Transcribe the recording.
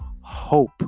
hope